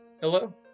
Hello